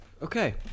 Okay